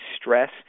stress